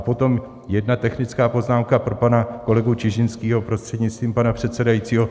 A potom jedna technická poznámka pro pana kolegu Čižinského, prostřednictvím pana předsedajícího.